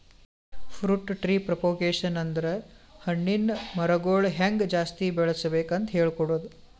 fruit tree propagation ಅಂದ್ರ ಹಣ್ಣಿನ್ ಮರಗೊಳ್ ಹೆಂಗ್ ಜಾಸ್ತಿ ಬೆಳಸ್ಬೇಕ್ ಅಂತ್ ಹೇಳ್ಕೊಡದು